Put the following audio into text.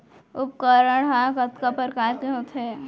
उपकरण हा कतका प्रकार के होथे?